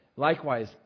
Likewise